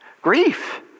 grief